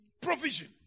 Provision